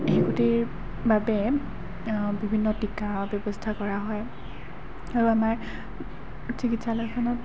শিশুটিৰ বাবে বিভিন্ন টীকা ব্যৱস্থা কৰা হয় আৰু আমাৰ চিকিৎসালয়খনত